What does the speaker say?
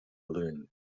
balloon